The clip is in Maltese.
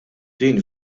din